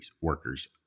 workers